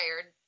tired